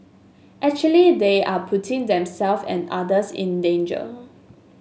actually they are putting them self and others in danger